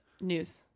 news